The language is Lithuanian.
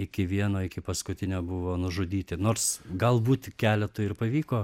iki vieno iki paskutinio buvo nužudyti nors galbūt keletui ir pavyko